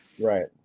Right